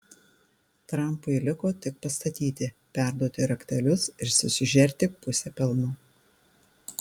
trampui liko tik pastatyti perduoti raktelius ir susižerti pusę pelno